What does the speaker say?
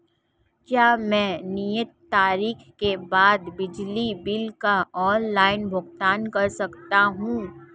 क्या मैं नियत तारीख के बाद बिजली बिल का ऑनलाइन भुगतान कर सकता हूं?